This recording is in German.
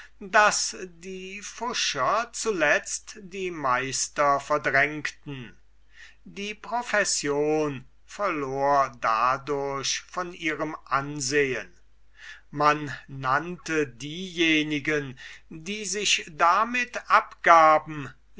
daß die pfuscher zuletzt die meister verdrangen die profession verlor dadurch von ihrem ansehen man nannte diejenigen die sich damit abgaben